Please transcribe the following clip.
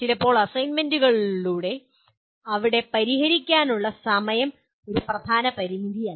ചിലപ്പോൾ അസൈൻമെന്റുകളിലൂടെ അവിടെ പരിഹരിക്കാനുള്ള സമയം ഒരു പ്രധാന പരിമിതിയല്ല